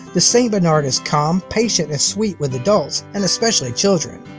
the st. bernard is calm, patient and sweet with adults, and especially children.